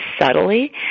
subtly